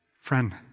Friend